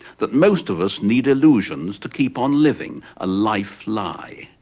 that most of us need illusions to keep on living a life lie.